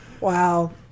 Wow